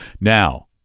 Now